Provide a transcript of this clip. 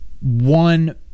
one